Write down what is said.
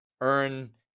earn